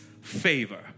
favor